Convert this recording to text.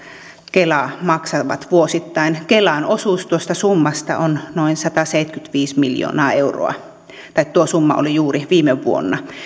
kela maksavat vuosittain kelan osuus tuosta summasta on noin sataseitsemänkymmentäviisi miljoonaa euroa tai tuo summa oli juuri viime vuonna